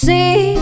See